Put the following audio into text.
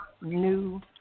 new